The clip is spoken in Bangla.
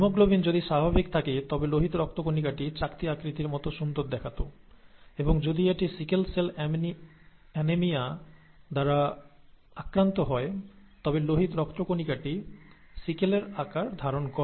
হিমোগ্লোবিন যদি স্বাভাবিক থাকে তবে লোহিত রক্তকণিকাটি চাকতি আকারের মতো সুন্দর দেখাত এবং যদি এটি সিকেল সেল অ্যানিমিয়া দ্বারা আক্রান্ত হয় তবে লোহিত রক্তকণিকাটি সিকেলের আকার ধারণ করে